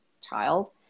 child